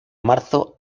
marzo